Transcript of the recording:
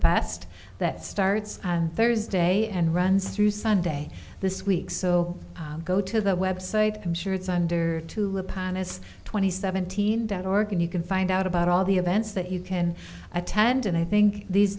past that starts thursday and runs through sunday this week so go to the website i'm sure it's under to repond as twenty seventeen dot org and you can find out about all the events that you can attend and i think these